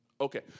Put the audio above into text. Okay